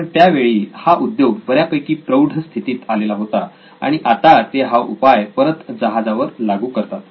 कारण त्यावेळी हा उद्योग बऱ्यापैकी प्रौढ स्थितीत आलेला होता आणि आता ते हा उपाय परत जहाजावर लागू करतात